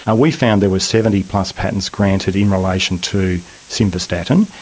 and we found there were seventy plus patents granted in relation to simvastatin,